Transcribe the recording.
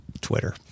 twitter